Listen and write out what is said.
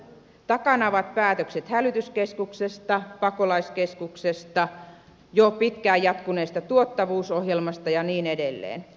takana ovat päätökset hälytyskeskuksesta pakolaiskeskuksesta jo pitkään jatkuneesta tuottavuusohjelmasta ja niin edelleen